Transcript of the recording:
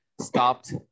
stopped